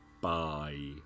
bye